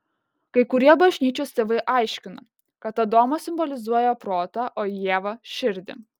kai kurie bažnyčios tėvai aiškino kad adomas simbolizuoja protą o ieva širdį